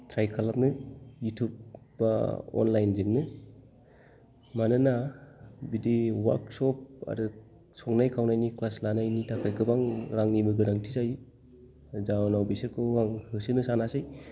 त्राय खालामो युतुब बा अनलाइन जोंनो मानोना बिदि वार्कशप आरो संनाय खावनायनि क्लास लानायनि थाखाय गोबां रांनिबो गोनांथि जायो आरो जाउनाव बिसोरखौ आं होसोनो सानासै